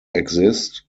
exist